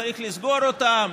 צריך לסגור אותם,